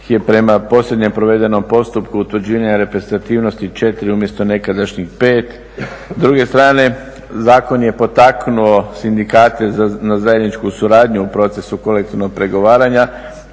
je prema posljednjem provedenom postupku otuđenja reprezentativnosti 4 umjesto nekadašnjih 5. S druge strane zakon je potaknuo sindikate na zajedničku suradnju u procesu kolektivnog pregovaranja